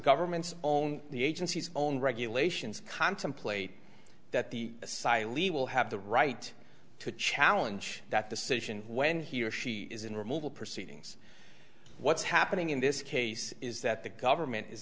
government's own the agency's own regulations contemplate that the asylum will have the right to challenge that decision when he or she is in removal proceedings what's happening in this case is that the government is